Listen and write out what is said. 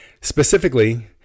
specifically